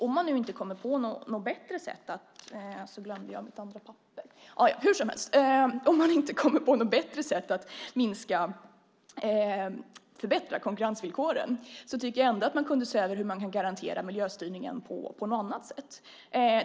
Om man nu inte kommer på något bättre sätt att förbättra konkurrensvillkoren tycker jag ändå att man kunde se över hur man kan garantera miljöstyrningen på något annat sätt.